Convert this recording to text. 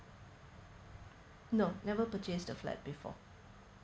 no never purchase a flat before